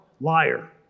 liar